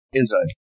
inside